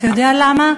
אתה יודע למה?